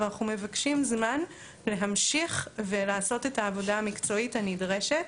אבל אנחנו מבקשים זמן להמשיך ולעשות את העבודה המקצועית הנדרשת.